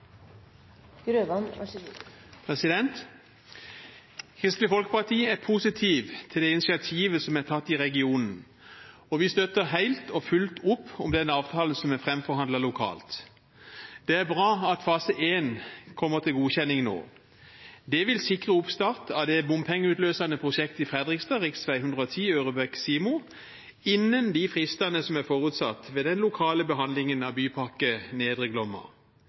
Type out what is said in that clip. positiv til det initiativet som er tatt i regionen, og vi støtter helt og fullt opp om den avtalen som er framforhandlet lokalt. Det er bra at fase 1 kommer til godkjenning nå. Det vil sikre oppstart av det bompengeutløsende prosjektet i Fredrikstad, rv. 110 Ørebekk–Simo, innen de fristene som er forutsatt ved den lokale behandlingen av Bypakke Nedre Glomma.